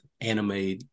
anime